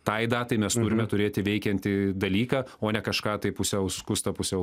tai datai mes turime turėti veikiantį dalyką o ne kažką tai pusiau skusta pusiau